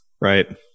Right